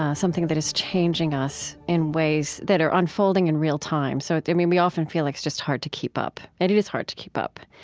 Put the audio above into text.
ah something that is changing us in ways that are unfolding in real time. so i mean, we often feel like it's just hard to keep up, and it is hard to keep up.